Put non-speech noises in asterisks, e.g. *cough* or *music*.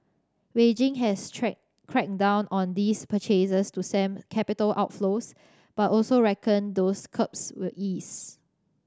Beijing has *unintelligible* cracked down on these purchases to stem capital outflows but also reckon those curbs will ease